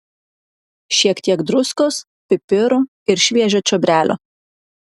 šiek tiek druskos pipirų ir šviežio čiobrelio